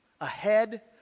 ahead